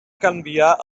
canviar